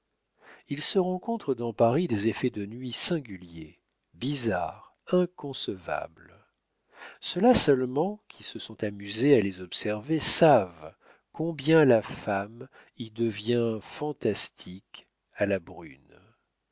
il se rencontre dans paris des effets de nuit singuliers bizarres inconcevables ceux-là seulement qui se sont amusés à les observer savent combien la femme y devient fantastique à la brune